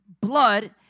blood